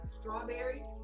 strawberry